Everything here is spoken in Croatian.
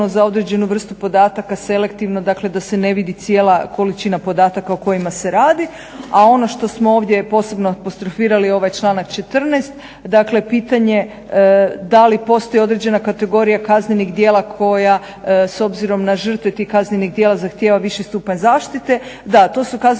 da se ne vidi cijela količina podataka o kojima se radi. A ono što smo ovdje posebno apostrofirali je ovaj članak 14., dakle pitanje da li postoji određena kategorija kaznenih djela koja s obzirom na žrtve tih kaznenih djela zahtijeva viši stupanj zaštite. Da, to su kaznena djela